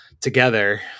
together